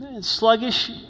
Sluggish